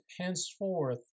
henceforth